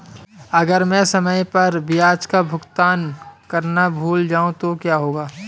अगर मैं समय पर ब्याज का भुगतान करना भूल जाऊं तो क्या होगा?